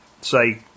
say